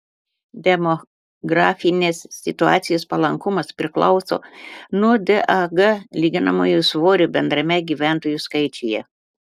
demografinės situacijos palankumas priklauso nuo dag lyginamojo svorio bendrame gyventojų skaičiuje